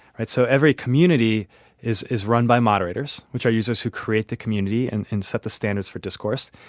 right? so every community is is run by moderators, which are users who create the community and and set the standards for discourse,